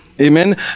amen